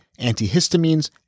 antihistamines